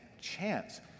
chance